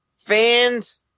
fans